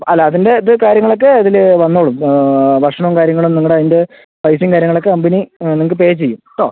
അല്ല അതിൻ്റെ ഇത് കാര്യങ്ങൾ ഒക്കെ ഇതില് വന്നോളും ഭക്ഷണം കാര്യങ്ങളും നമ്മൾ അതിൻ്റ പൈസയും കാര്യങ്ങൾ ഒക്കെ കമ്പനി നിങ്ങൾക്ക് പേ ചെയ്യും കേട്ടോ